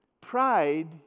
Pride